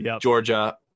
Georgia